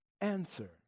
answer